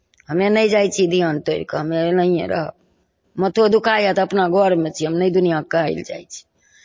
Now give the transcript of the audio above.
हमे नहि जाइ छियै धियान तोड़ि कऽ हमे एनाहिए रहब माथो दुखाइए तऽ अपना घरमे छियै नहि दुनिआँके कहय लए जाइ छियै